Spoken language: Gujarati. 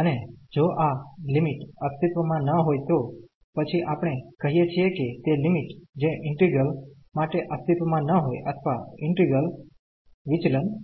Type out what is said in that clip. અને જો આ લિમિટ અસ્તિત્વમાં ન હોઈ તો પછી આપણે કહીયે છીએ કે તે લિમિટ જે ઈન્ટિગ્રલ માટે અસ્તિત્વમાં ન હોઈ અથવા ઈન્ટિગ્રલ વિચલન છે